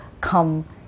come